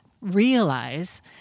realize